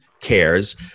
cares